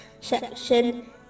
section